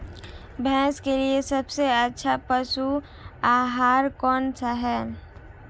भैंस के लिए सबसे अच्छा पशु आहार कौनसा है?